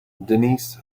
denise